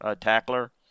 tackler